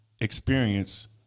experience